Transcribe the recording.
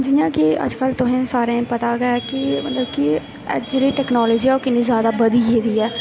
जि'यां के अजकल्ल तोहें सारेंं पता गै कि मतलब कि अज्ज दी जेह्ड़ी टैक्नालोजी ऐ ओह् किन्नी जैदा बधी गेदी ऐ